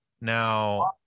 Now